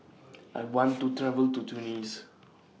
I want to travel to Tunis